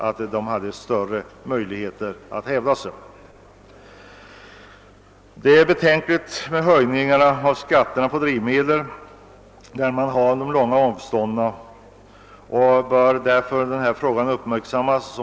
En höjning av skatterna på drivmedel är betänklig också med hänsyn till de långa avstånden i Norrland. Denna fråga bör uppmärksammas.